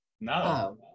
No